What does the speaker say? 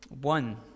One